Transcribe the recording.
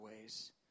ways